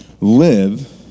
Live